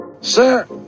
Sir